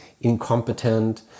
incompetent